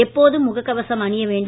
எப்போதும் முகக் கவசம் அணிய வேண்டும்